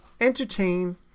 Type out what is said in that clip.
entertain